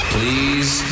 Please